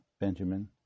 Benjamin